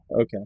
Okay